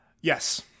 yes